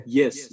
yes